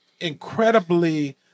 incredibly